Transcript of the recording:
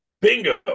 Bingo